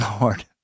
Lord